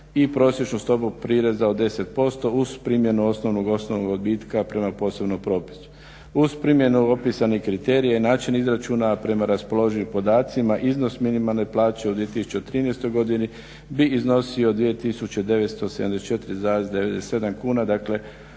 i prosječnu stopu prireza od 10% uz primjenu osnovnog odbitka prema posebnom propisu. Uz primjenu opisanih kriterija i način izračuna, a prema raspoloživim podacima iznos minimalne plaće u 2013. godini bi iznosio 2974,99 kuna,